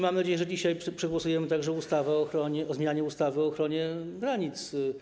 Mam nadzieję, że dzisiaj przegłosujemy także ustawę o zmianie ustawy o ochronie granic.